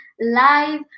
live